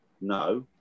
No